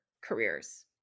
careers